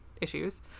issues